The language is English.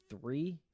three